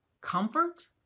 Comfort